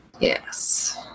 Yes